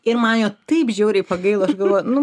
ir man jo taip žiauriai pagailo aš galvoju nu